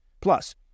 Plus